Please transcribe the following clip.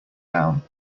down